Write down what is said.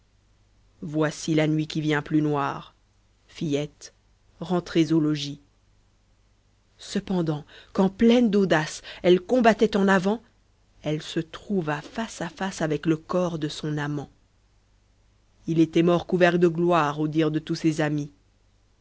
voici la nuit cependant quand pleine d'audace elle combattait en avant elle se trouva face à face avec le corps de son amant il était mort couvert de gloire au dire de tous ses amis